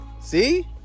See